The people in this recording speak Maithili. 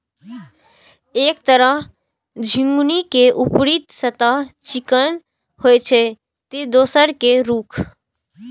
एक तरह झिंगुनी के ऊपरी सतह चिक्कन होइ छै, ते दोसर के रूख